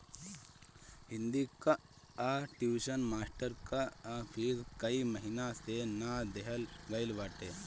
हिंदी कअ tuition master कअ fees कई महिना से ना देहल गईल बाटे